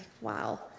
wow